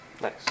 Nice